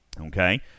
okay